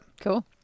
cool